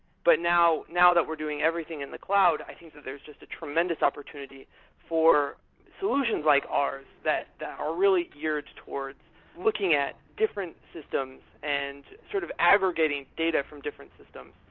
but now now that we're doing everything in the cloud, i think that there's just a tremendous opportunity for solutions like ours that that are really geared towards looking at different systems and sort of aggregating data from different systems.